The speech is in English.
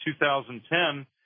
2010